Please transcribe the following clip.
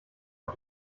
auf